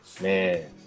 man